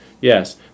yes